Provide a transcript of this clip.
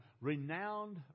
renowned